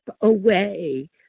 away